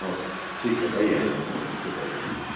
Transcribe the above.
okay दादा ठीकु आहे ॿई आहे न तव्हां सुठी क्वालिटी